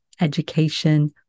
education